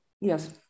yes